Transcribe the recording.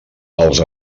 els